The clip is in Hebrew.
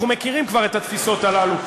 אנחנו מכירים כבר את התפיסות האלה,